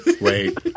Wait